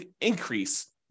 increase